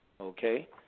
Okay